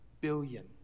billion